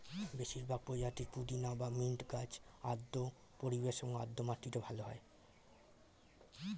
বেশিরভাগ প্রজাতির পুদিনা বা মিন্ট গাছ আর্দ্র পরিবেশ এবং আর্দ্র মাটিতে ভালো হয়